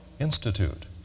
Institute